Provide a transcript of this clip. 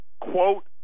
quote